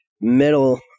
middle